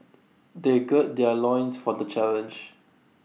they gird their loins for the challenge